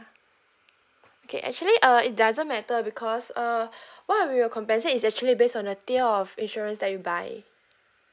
okay actually uh it doesn't matter because uh what we will compensate is actually based on the tier of insurance that you buy